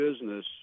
business